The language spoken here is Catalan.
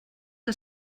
que